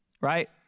Right